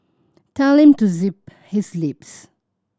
tell him to zip his lips